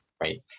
right